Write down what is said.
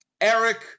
Eric